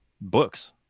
books